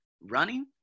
Running